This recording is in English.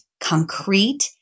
concrete